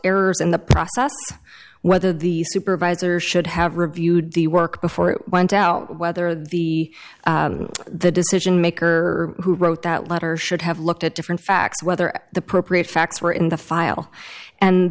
errors in the process whether the supervisor should have reviewed the work before it went out whether the the decision maker who wrote that letter should have looked at different facts whether the propre facts were in the file and